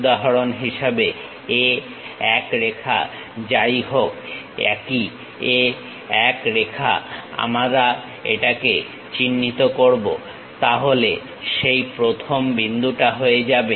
উদাহরণ হিসেবে A 1 রেখা যাই হোক একই A 1 রেখা আমরা এটায় চিহ্নিত করব তাহলে সেই প্রথম বিন্দুটা হয়ে যাবে